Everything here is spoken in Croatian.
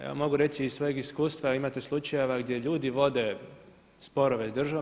Evo mogu reći iz svojeg iskustva imate slučajeva gdje ljudi vode sporove sa državom.